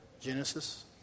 Genesis